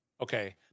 Okay